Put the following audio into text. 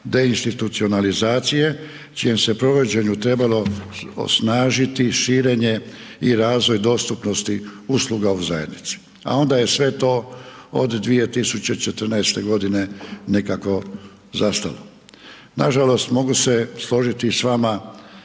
deinstitucionalizacije čijem se provođenju trebalo osnažiti i širenje i razvoj dostupnosti usluga u zajednici. A onda je sve to od 2014. nekako zastalo. Nažalost mogu se složiti s vama